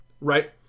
right